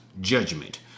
judgment